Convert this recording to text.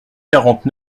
quarante